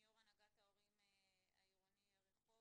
עם יו"ר הנהגת ההורים העירוני רחובות,